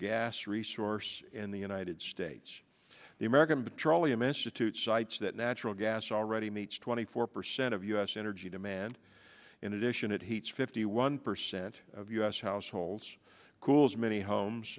gas resource in the united states the american petroleum institute cites that natural gas already meets twenty four percent of u s energy demand in addition it heats fifty one percent of u s households cools many homes